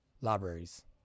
libraries